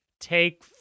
take